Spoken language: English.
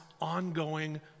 Ongoing